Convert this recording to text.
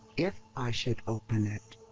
if i should open it?